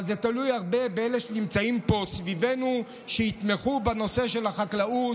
אבל זה תלוי הרבה באלה שנמצאים פה סביבנו שיתמכו בנושא של החקלאות,